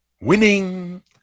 Winning